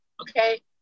Okay